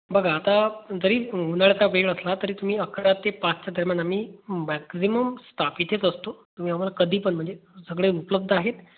बघा आता जरी उन्हाळ्याचा वेळ असला तरी तुम्ही अकरा ते पाचच्या दरम्यान आम्ही मॅक्झिमम स्टाफ इथेच असतो तुम्ही आम्हाला कधी पण म्हणजे सगळे उपलब्ध आहेत